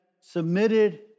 submitted